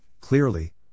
clearly